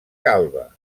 calba